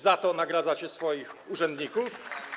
Za to nagradzacie swoich urzędników?